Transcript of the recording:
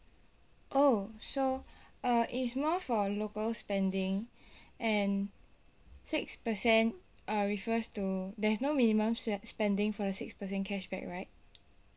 oh so uh it's more for local spending and six percent uh refers to there's no minimum spe~ spending for the six percent cashback right